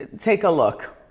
take a look.